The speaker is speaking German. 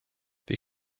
wir